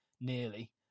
nearly